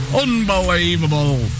unbelievable